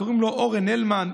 וקוראים לו אורן הלמן.